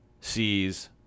sees